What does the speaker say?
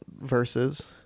verses